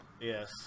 yes